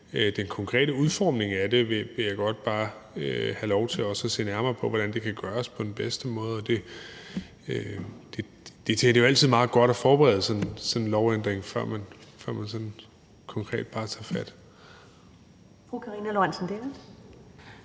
på Ærø, men jeg vil bare godt have lov til at se nærmere på, hvordan det konkret kan udformes på den bedste måde. Det er jo altid meget godt at forberede sådan en lovændring, før man konkret bare tager fat.